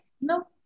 no